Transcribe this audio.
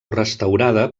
restaurada